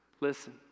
listen